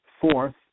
Fourth